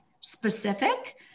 specific